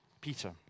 Peter